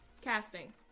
casting